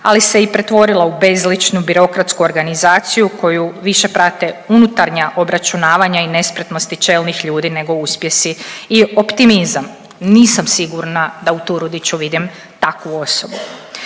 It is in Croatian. ali se i pretvorila u bezličnu birokratsku organizaciju koju više prate unutarnja obračunavanja i nespretnosti čelnih ljudi nego uspjesi i optimizam. Nisam sigurna da u Turudiću vidim takvu osobu.